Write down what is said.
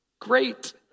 great